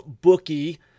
bookie